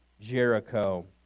Jericho